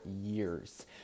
years